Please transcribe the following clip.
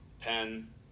pen